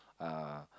uh